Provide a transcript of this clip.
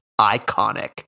iconic